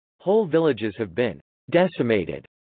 whole villages have been decimated.